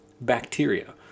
bacteria